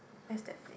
where is that place